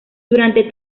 durante